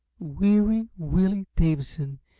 weary willy davidson,